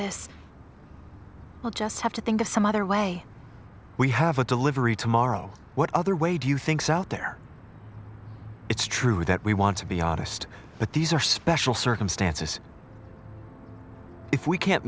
this we'll just have to think of some other way we have a delivery tomorrow what other way do you think's out there it's true that we want to be honest but these are special circumstances if we can't